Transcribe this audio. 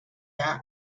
que